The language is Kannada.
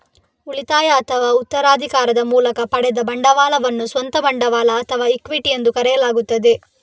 ಉಳಿತಾಯ ಅಥವಾ ಉತ್ತರಾಧಿಕಾರದ ಮೂಲಕ ಪಡೆದ ಬಂಡವಾಳವನ್ನು ಸ್ವಂತ ಬಂಡವಾಳ ಅಥವಾ ಇಕ್ವಿಟಿ ಎಂದು ಕರೆಯಲಾಗುತ್ತದೆ